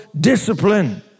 discipline